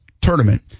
tournament